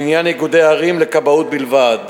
לעניין איגודי ערים לכבאות בלבד,